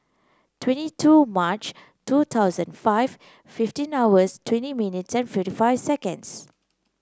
twenty two March two thousand five fifteen hours twenty minutes and fifty five seconds